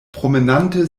promenante